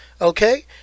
okay